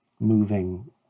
Moving